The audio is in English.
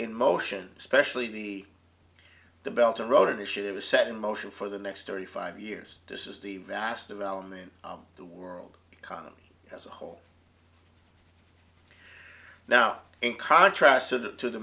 in motion especially the belt and road initiatives set in motion for the next thirty five years this is the vast development of the world economy as a whole now in contrast to the